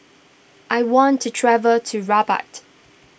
I want to travel to Rabat